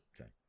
Okay